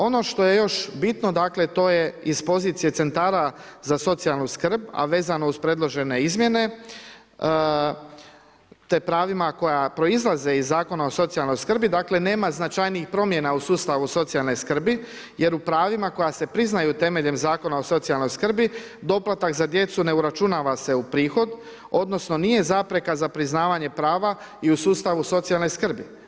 Ono što je još bitno to je iz pozicije centara za socijalnu skrb, a vezano uz predložene izmjene te pravima koja proizlaze iz Zakona o socijalnoj skrbi nema značajnijih promjena u sustavu socijalne skrbi jer u pravima koja se priznaju temeljem Zakona o socijalnoj skrbi doplatak za djecu ne uračunava se u prihod odnosno nije zapreka za priznavanje prava i u sustavu socijalne skrbi.